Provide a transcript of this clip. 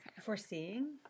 foreseeing